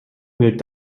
wird